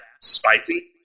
spicy